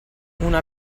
una